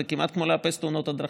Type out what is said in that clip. זה כמעט כמו לאפס את תאונות הדרכים.